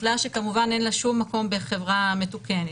הפליה שכמובן אין לה שום מקום בחברה מתוקנת.